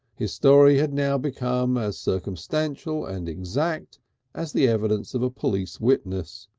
his story had now become as circumstantial and exact as the evidence of a police witness.